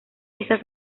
esa